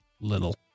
little